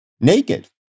naked